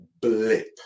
blip